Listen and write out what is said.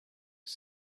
was